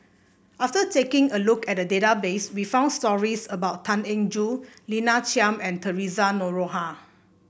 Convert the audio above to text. after taking a look at database we found stories about Tan Eng Joo Lina Chiam and Theresa Noronha